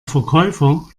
verkäufer